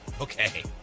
okay